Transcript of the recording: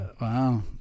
Wow